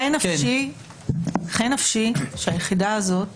חי נפשי שהיחידה הזאת